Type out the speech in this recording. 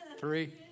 three